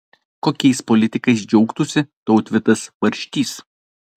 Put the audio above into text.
kokiais politikais džiaugtųsi tautvydas barštys